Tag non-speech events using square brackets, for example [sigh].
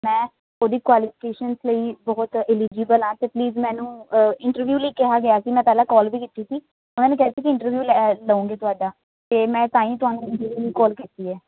ਮੈਂ ਉਹਦੀ ਕੁਆਲੀਫਿਕੇਸ਼ਨਸ ਲਈ ਬਹੁਤ ਇਲੀਜ਼ੀਬਲ ਹਾਂ ਅਤੇ ਪਲੀਜ਼ ਮੈਨੂੰ ਇੰਟਰਵਿਊ ਲਈ ਕਿਹਾ ਗਿਆ ਸੀ ਮੈਂ ਪਹਿਲਾਂ ਕੋਲ ਵੀ ਕੀਤੀ ਸੀ ਉਹਨਾਂ ਨੇ ਕਿਹਾ ਸੀ ਵੀ ਇੰਟਰਵਿਊ ਲੈ ਲਊਂਗੇ ਤੁਹਾਡਾ ਅਤੇ ਮੈਂ ਤਾਂ ਹੀ ਤੁਹਾਨੂੰ [unintelligible] ਕੋਲ ਕੀਤੀ ਹੈ